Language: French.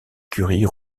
curie